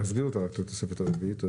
להסביר אותה רק, את התוספת הרביעית.